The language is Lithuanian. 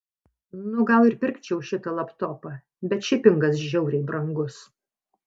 nu gal ir pirkčiau šitą laptopą bet šipingas žiauriai brangus